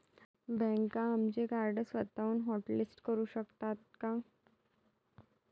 बँका आमचे कार्ड स्वतःहून हॉटलिस्ट करू शकतात का?